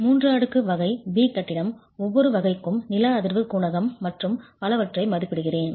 3 அடுக்கு வகை B கட்டிடம் ஒவ்வொரு வகைக்கும் நில அதிர்வு குணகம் மற்றும் பலவற்றை மதிப்பிடுகிறேன்